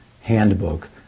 handbook